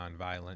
nonviolent